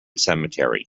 cemetery